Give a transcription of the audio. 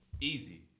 Easy